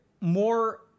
more